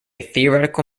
theoretical